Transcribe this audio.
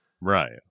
right